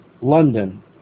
London